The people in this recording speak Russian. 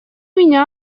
меня